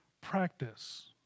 practice